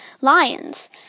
lions